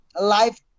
life